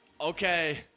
Okay